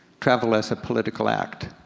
travel as a political act.